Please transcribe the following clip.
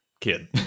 kid